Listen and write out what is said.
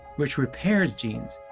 which repairs genes,